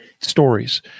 stories